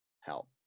help